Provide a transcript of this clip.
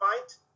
fight